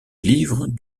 livres